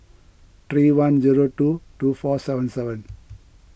three one zero two two four seven seven